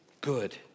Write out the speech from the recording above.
good